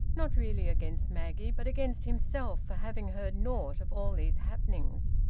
not really against maggie, but against himself for having heard naught of all these happenings.